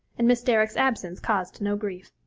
and miss derrick's absence caused no grief.